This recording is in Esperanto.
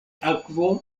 akvo